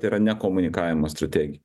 tai yra ne komunikavimo strategi